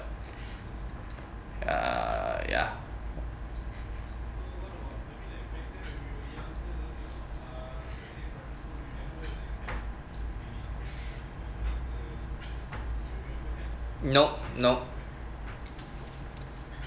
err ya no no